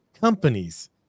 Companies